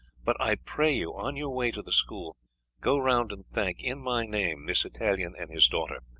but i pray you on your way to the school go round and thank, in my name, this italian and his daughter,